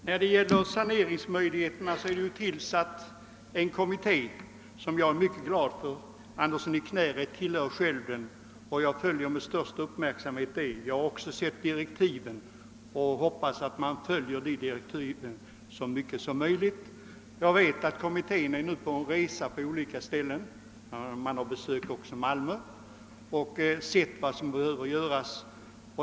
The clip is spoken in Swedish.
Herr talman! När det gäller saneringsmöjligheterna vill jag erinra om att det har tillsatts en kommitté som jag är mycket glad över. Herr Andersson i Knäred tillhör den själv. Jag följer med största uppmärksamhet kommitténs arbete, och jag har också sett direktiven, som jag hoppas att man följer så noggrant som möjligt. Jag vet att kommittén reser till olika platser — man har besökt också Malmö — för att se vad som behöver göras.